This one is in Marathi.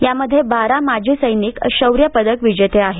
यामध्ये बारा माजी सैनिक शौर्य पदक विजेते आहेत